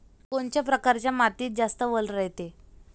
कोनच्या परकारच्या मातीत जास्त वल रायते?